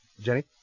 Jenny